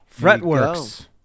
Fretworks